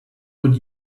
would